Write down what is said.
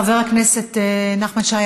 חבר הכנסת נחמן שי,